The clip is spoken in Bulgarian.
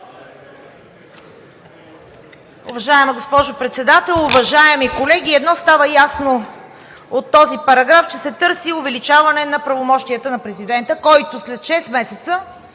Уважаема госпожо Председател, уважаеми колеги! Едно става ясно от този параграф, че се търси увеличаване на правомощията на президента, който след шест месеца